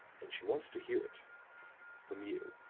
and she wants to hear it from you.